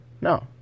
no